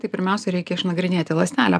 tai pirmiausia reikia išnagrinėti ląstelę